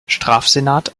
strafsenat